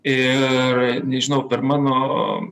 ir nežinau per mano